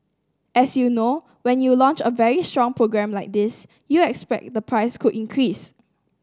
as you know when you launch a very strong program like this you expect the price could increase